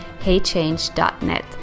HeyChange.net